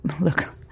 look